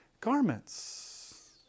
garments